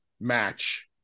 match